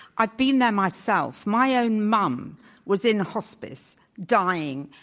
i've been there myself. my own mum was in hospice dying,